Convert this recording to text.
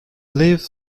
lived